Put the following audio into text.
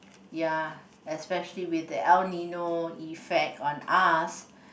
ya especially with the El Nino effect on us